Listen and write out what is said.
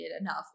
enough